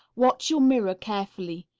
watch your mirror carefully.